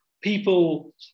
people